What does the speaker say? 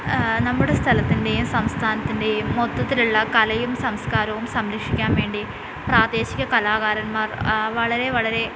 നമ്മുടെ സ്ഥലത്തിൻ്റേയും സംസ്ഥാനത്തിൻ്റേയും മൊത്തത്തിലുള്ള കലയും സംസ്ക്കാരവും സംരക്ഷിക്കാൻ വേണ്ടി പ്രാദേശിക കലാകാരൻമാർ വളരേ വളരേ